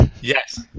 Yes